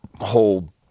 whole